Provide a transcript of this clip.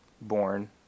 born